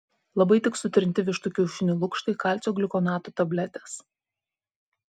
labai tiks sutrinti vištų kiaušinių lukštai kalcio gliukonato tabletės